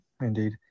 Indeed